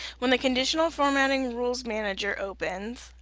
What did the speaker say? when the conditional formatting rules manager opens,